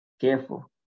Careful